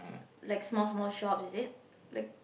like small small shop is it like